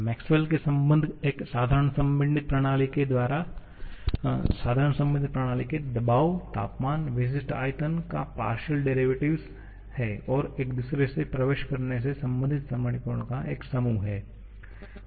Maxwell के संबंध Maxwell's relation एक साधारण संपीड़ित प्रणाली के दबाव तापमान विशिष्ट आयतन का पार्शियल डेरिवेटिव और एक दूसरे से प्रवेश करने से संबंधित समीकरणों का एक समूह हैं